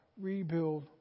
rebuild